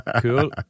Cool